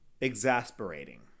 exasperating